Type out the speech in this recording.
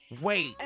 Wait